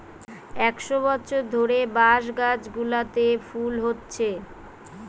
একশ বছর ধরে বাঁশ গাছগুলোতে ফুল হচ্ছে